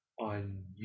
on